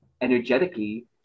energetically